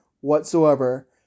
whatsoever